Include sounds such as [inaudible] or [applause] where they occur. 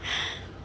[noise]